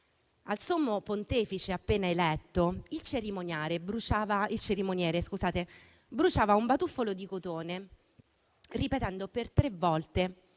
al Sommo Pontefice appena eletto, il cerimoniere bruciava un batuffolo di cotone ripetendo per tre volte